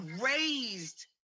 raised